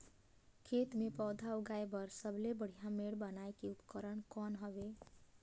खेत मे पौधा उगाया बर सबले बढ़िया मेड़ बनाय के उपकरण कौन हवे?